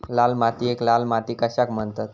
लाल मातीयेक लाल माती कशाक म्हणतत?